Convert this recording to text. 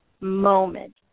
moment